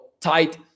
tight